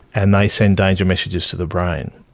and they send danger messages to the brain.